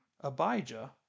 Abijah